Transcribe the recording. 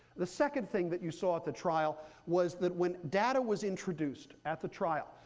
the second thing that you saw at the trial was that when data was introduced at the trial,